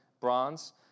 bronze